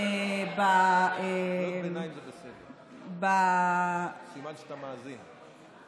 קריאות ביניים זה בסדר, סימן שאתה מאזין.